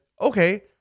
okay